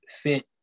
fit